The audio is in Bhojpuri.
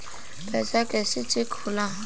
पैसा कइसे चेक होला?